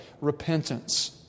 repentance